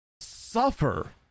suffer